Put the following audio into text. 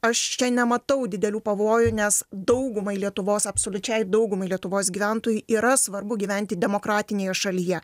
aš čia nematau didelių pavojų nes daugumai lietuvos absoliučiai daugumai lietuvos gyventojų yra svarbu gyventi demokratinėje šalyje